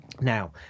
Now